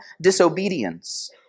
disobedience